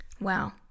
Wow